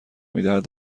میدهد